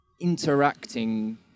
interacting